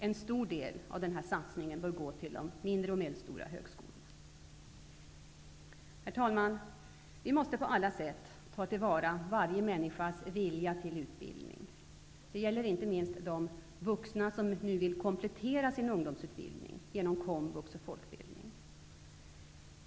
En stor del av den satsningen bör gå till de mindre och medelstora högskolorna. Herr talman! Vi måste på alla sätt ta till vara varje människas vilja till utbildning. Det gäller inte minst de vuxna som nu vill komplettera sin ungdomsutbildning genom Komvux och folkbildning.